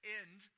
end